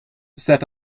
set